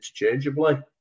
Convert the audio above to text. interchangeably